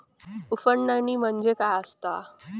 उफणणी म्हणजे काय असतां?